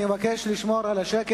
אני מבקש לשמור על השקט,